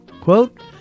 Quote